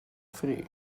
free